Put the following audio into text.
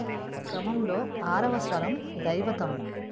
క్రమంలో ఆరవ స్వరం దైవతం